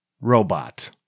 robot